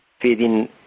feeding